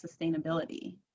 sustainability